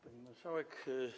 Pani Marszałek!